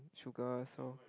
sugar so